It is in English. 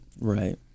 Right